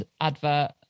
advert